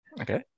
Okay